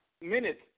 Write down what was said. minutes